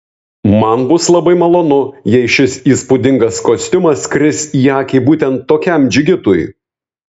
man bus labai malonu jei šis įspūdingas kostiumas kris į akį būtent tokiam džigitui